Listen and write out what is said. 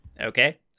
Okay